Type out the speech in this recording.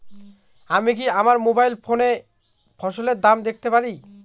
আমি কি আমার মোবাইল ফোনে ফসলের দাম দেখতে পারি?